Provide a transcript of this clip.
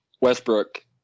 Westbrook